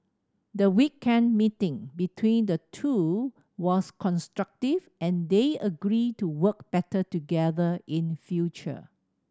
the weekend meeting between the two was constructive and they agreed to work better together in future